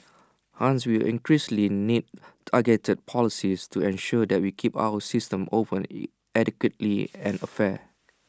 hence we will increasingly need targeted policies to ensure that we keep our systems open E equitably and fair